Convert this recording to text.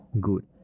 good